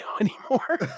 anymore